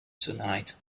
tonight